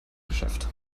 geschäft